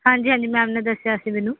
ਹਾਂਜੀ ਹਾਂਜੀ ਮੈਮ ਨੇ ਦੱਸਿਆ ਸੀ ਮੈਨੂੰ